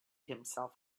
himself